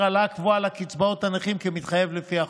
העלאה קבועה לקצבאות הנכים כמתחייב לפי החוק.